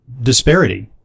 disparity